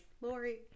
Lori